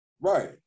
Right